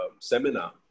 seminar